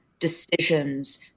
decisions